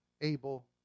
able